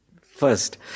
first